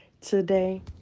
today